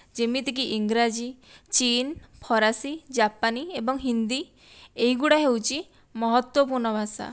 ଯେମିତିକି ଇଂରାଜୀ ଚୀନ ଫରାସୀ ଜାପାନୀ ଏବଂ ହିନ୍ଦୀ ଏଇଗୁଡ଼ା ହେଉଛି ମହତ୍ତ୍ଵ ପୂର୍ଣ୍ଣ ଭାଷା